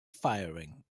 firing